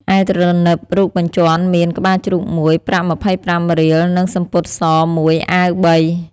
ឯទ្រនឹបរូបបញ្ជាន់មាន ក្បាលជ្រូក ១ ប្រាក់ ២៥រៀល និងសំពត់ស ១អាវ3 ។